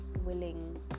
willing